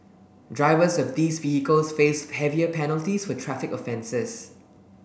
drivers of these vehicles face heavier penalties for traffic offences